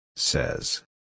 Says